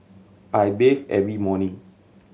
I bathe every morning